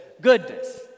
goodness